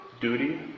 Duty